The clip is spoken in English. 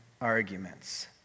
arguments